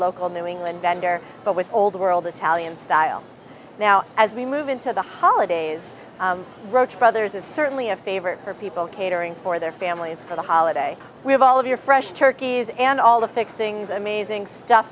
local new england vendor but with old world italian style now as we move into the holidays roach brothers is certainly a favorite for people catering for their families for the holiday we have all of your fresh turkeys and all the fixings amazing stuff